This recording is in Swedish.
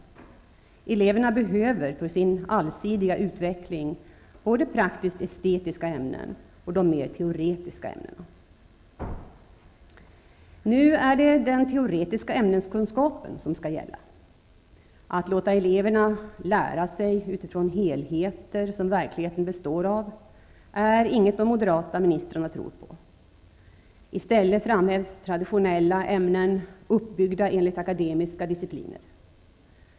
Eleverna behöver både praktiskt estetiska ämnen och de mer teoretiska ämnena för sin allsidiga utveckling. Nu är det den teoretiska ämneskunskapen som skall gälla. Att låta eleverna lära sig utifrån helheter som verkligheten består av är inget de moderata ministrarna tror på. I stället framhävs traditionella ämnen uppbyggda enligt akademiska discipliner.